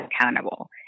accountable